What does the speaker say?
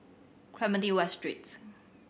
Clementi West Street